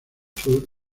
sur